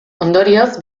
ondorioz